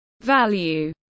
value